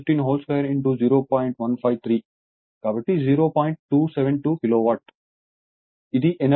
కాబట్టి ఇది energy loss 5 0